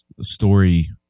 story